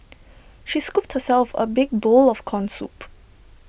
she scooped herself A big bowl of Corn Soup